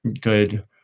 good